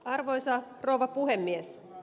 arvoisa rouva puhemies